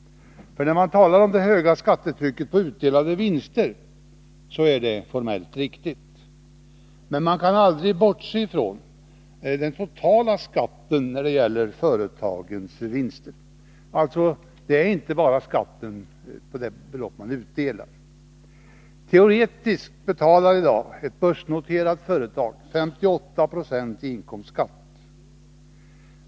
När man talar om det höga skattetrycket på utdelade vinster är det formellt riktigt, men man kan aldrig bortse från den totala skatten när det gäller vinster. Det är alltså inte bara fråga om skatten på det belopp man utdelar. Teoretiskt betalar i dag ett börsnoterat företag 58 90 i inkomstskatt.